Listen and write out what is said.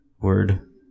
Word